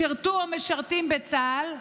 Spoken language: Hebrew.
שירתו או משרתים בצה"ל,